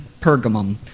Pergamum